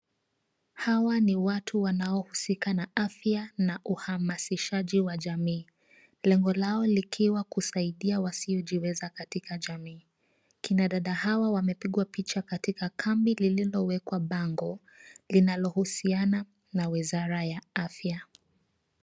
Hawa ni watu wanaohusika na afya na uhamasishaji wa jamii. Lengo lao likiwa kusaidia wasiojiweza katika jamii. Kina dada hawa wamepigwa picha katika kambi lililowekwa bango linalohusiana na wizara ya afya.